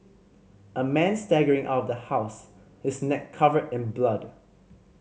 a man staggering out of the house his neck covered in blood